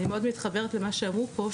אני מאוד מתחברת למה שאמרו פה,